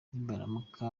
nibaramuka